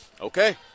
okay